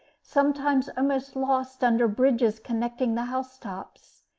sometimes almost lost under bridges connecting the house-tops,